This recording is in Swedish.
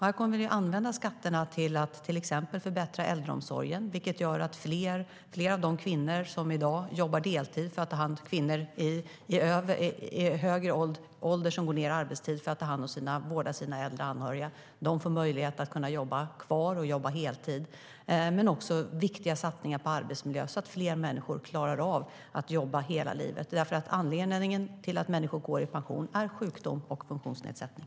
Vi kommer att använda skatterna till att exempelvis förbättra äldreomsorgen - vilket gör att fler av de kvinnor i högre ålder som går ned i arbetstid för att ta hand om och vårda sina äldre anhöriga får möjlighet att jobba kvar på heltid - och göra viktiga satsningar på arbetsmiljö, så att fler människor klarar av att jobba hela livet. Anledningarna till att människor går i pension i förtid är sjukdom och funktionsnedsättning.